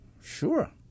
Sure